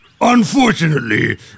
Unfortunately